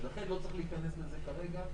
לכן לא צריך להיכנס לזה כרגע.